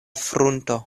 frunto